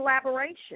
collaboration